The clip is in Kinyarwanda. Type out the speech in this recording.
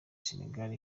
senegal